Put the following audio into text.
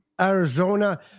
Arizona